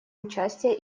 участие